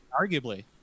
arguably